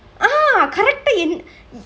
ah correct in